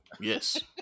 yes